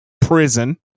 prison